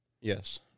Yes